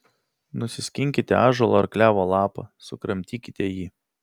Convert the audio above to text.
nusiskinkite ąžuolo ar klevo lapą sukramtykite jį